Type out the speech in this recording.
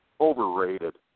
overrated